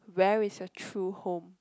where is a true home